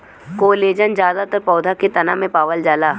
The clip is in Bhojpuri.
कोलेजन जादातर पौधा के तना में पावल जाला